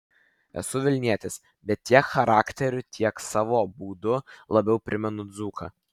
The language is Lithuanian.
esu vilnietis bet tiek charakteriu tiek savo būdu labiau primenu dzūką